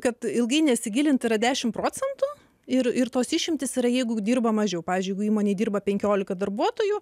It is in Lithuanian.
kad ilgai nesigilinti yra dešim procentų ir ir tos išimtys yra jeigu dirba mažiau pavyzdžiui jeigu įmonėje dirba penkiolika darbuotojų